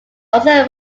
also